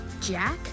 Jack